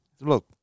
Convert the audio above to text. look